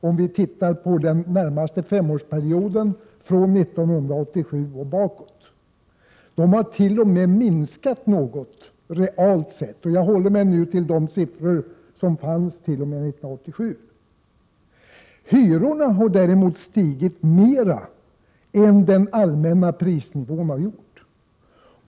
Om vi tittar på den närmast föregående femårsperioden, från 1987 och bakåt, finner vi att de t.o.m. har minskat något realt sett. Jag håller mig nu till de siffror som fanns redovisade t.o.m. 1987. Hyrorna har däremot stigit mera än den allmänna prisnivån har gjort.